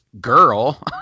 girl